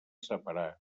separar